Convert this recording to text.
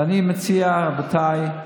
ואני מציע, רבותיי,